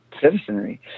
citizenry